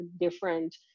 different